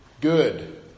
good